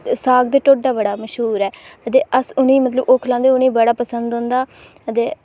साग ते ढोड्डा बड़ा मश्हूर ऐ अते अस उ'नें ई मतलब ओह् खलांदे उ'नें ई बड़ा पसंद औंदा अते